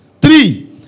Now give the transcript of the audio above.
Three